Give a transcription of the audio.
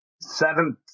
seventh